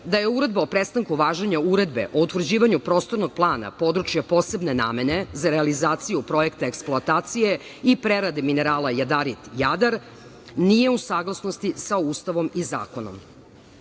da je Uredba o prestanku važenja Uredbe o utvrđivanju Prostornog plana područja posebne namene za realizaciju projekta eksploatacije i prerade minerala jadarit „Jadar“ nije u saglasnosti sa Ustavom i zakonom. Na